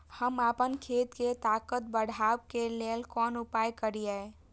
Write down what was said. हम आपन खेत के ताकत बढ़ाय के लेल कोन उपाय करिए?